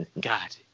God